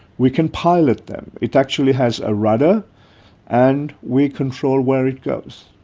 we can pilot them. it actually has a rudder and we control where it goes.